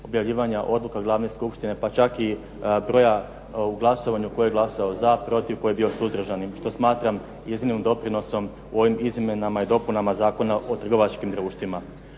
objavljivanje odluka glavne skupštine, pa čak i broja u glasovanju tko je glasova za, tko je bio protiv, tko je bio suzdržanim što smatram iznimnim doprinosom u ovim izmjenama Zakona o trgovačkim društvima.